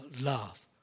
love